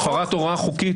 זה הפרת הוראה חוקית,